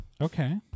Okay